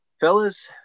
fellas